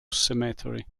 cemetery